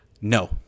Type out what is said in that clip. No